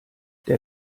der